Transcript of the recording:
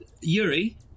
Yuri